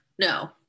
no